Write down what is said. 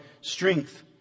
strength